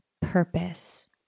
purpose